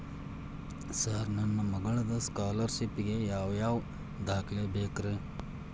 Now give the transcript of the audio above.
Sir ನನ್ನ ಮಗ್ಳದ scholarship ಗೇ ಯಾವ್ ಯಾವ ದಾಖಲೆ ಬೇಕ್ರಿ?